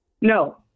No